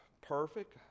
perfect